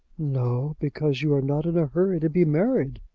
no because you're not in a hurry to be married.